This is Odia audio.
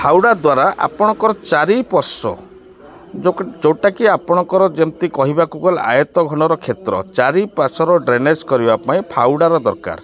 ଫାଉଡ଼ା ଦ୍ୱାରା ଆପଣଙ୍କର ଚାରିପାର୍ଶ୍ଵ ଯେଉଁ ଯେଉଁଟାକି ଆପଣଙ୍କର ଯେମିତି କହିବାକୁ ଗଲେ ଆୟତଘନର କ୍ଷେତ୍ର ଚାରିପାର୍ଶ୍ଵର ଡ୍ରେନେଜ୍ କରିବା ପାଇଁ ଫାଉଡ଼ାର ଦରକାର